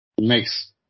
makes